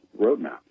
roadmap